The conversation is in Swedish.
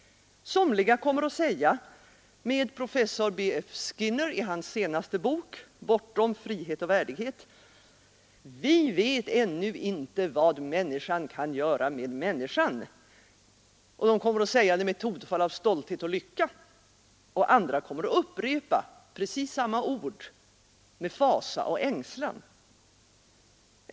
Somliga kommer att säga med professor B. F. Skinner i hans senaste bok ”Bortom frihet och värdighet”: ”Vi vet ännu inte, vad människan kan göra med människan! ” Man kommer att säga det med ett tonfall av stolthet och lycka. Andra kommer att upprepa precis samma ord med fasa och ängslan.